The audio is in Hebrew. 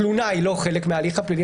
התלונה היא לא חלק מההליך הפלילי,